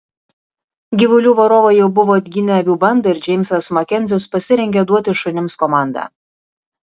gyvulių varovai jau buvo atginę avių bandą ir džeimsas makenzis pasirengė duoti šunims komandą